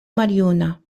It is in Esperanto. maljuna